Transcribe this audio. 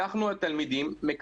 אנחנו התלמידים אני,